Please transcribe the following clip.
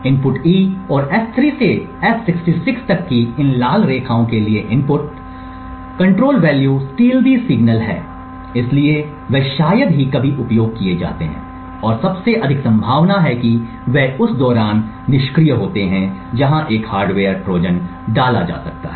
input E और S3 से S66 तक की इन लाल रेखाओं के लिए इनपुट्स कंट्रोल वैल्यू स्टीलधी सिग्नल हैं इसलिए वे शायद ही कभी उपयोग किए जाते हैं और सबसे अधिक संभावना है कि वे उस दौरान निष्क्रिय होते हैं जहां एक हार्डवेयर ट्रोजन डाला जा सकता है